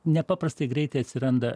nepaprastai greitai atsiranda